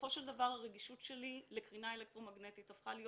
בסופו של דבר הרגישות שלי לקרינה אלקטרומגנטית הפכה להיות